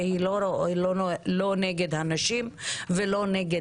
אני לא מצליחה להבין את זה, ניר.